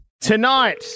Tonight